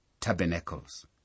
Tabernacles